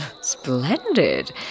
Splendid